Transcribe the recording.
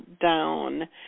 down